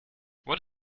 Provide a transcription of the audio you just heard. what